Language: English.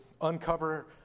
uncover